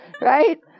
Right